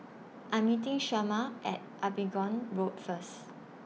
I'm meeting Shemar At Abingdon Road First